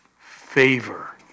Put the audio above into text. favor